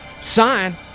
Sign